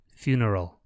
funeral